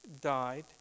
died